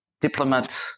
diplomat